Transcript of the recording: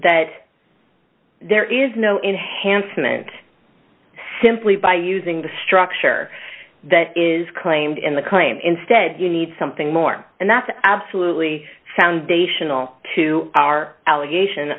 that there is no enhanced imminent simply by using the structure that is claimed in the claim instead you need something more and that's absolutely foundational to our allegation